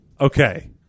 okay